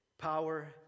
power